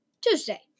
Tuesday